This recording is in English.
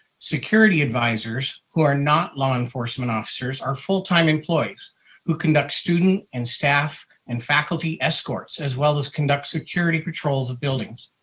security advisors who are not law enforcement officers are full time employees who conduct students and staff and faculty escorts as well as conduct security patrols of buildings.